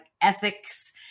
ethics